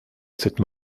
cette